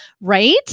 right